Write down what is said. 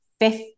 fifth